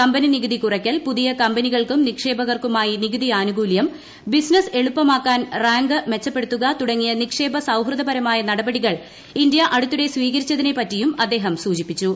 company നികുതി കുറയ്ക്കൽ പുതിയ കമ്പനികൾക്കും നിക്ഷേപകർക്കുമായി നികുതി ആനുകൂല്യം ബിസിനസ്സ് എളുപ്പമാക്കാൻ റാങ്ക് മെച്ചപ്പെടുത്തുക തുടങ്ങിയ നിക്ഷേപക സൌഹൃദപരമായ നടപടികൾ ഇന്തൃ അടുത്തിടെ സ്വീകരിച്ചതിനെപ്പറ്റിയും അദ്ദേഹം സൂചിപ്പിച്ചു